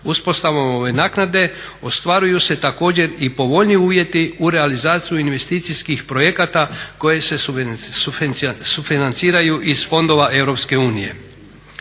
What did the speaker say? Uspostavom ove naknade ostvaruju se također i povoljniji uvjeti u realizaciji investicijskih projekata koje su sufinanciraju iz fondova EU.